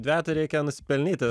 dvejeto reikia nusipelnyti